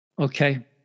Okay